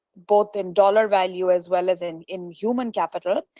both in dollar value as well as in in human capital.